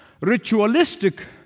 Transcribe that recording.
ritualistic